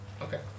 Okay